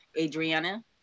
Adriana